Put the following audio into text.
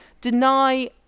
deny